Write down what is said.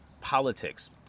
politics